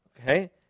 okay